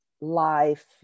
life